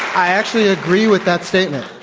i actually agree with that statement,